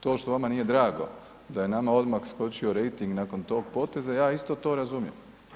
To što vama nije drago da je nama odmah skočio rejting nakon tog poteza, ja isto to razumijem.